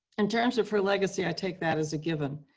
in terms of her legacy, i take that as a given.